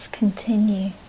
continue